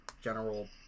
general